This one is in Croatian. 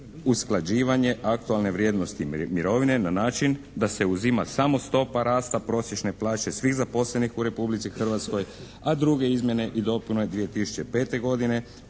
usklađivanje aktualne vrijednosti mirovine na način da se uzima samo stopa rasta prosječne plaće svih zaposlenih u Republici Hrvatskoj a druge izmjene i dopune 2005. godine